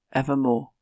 evermore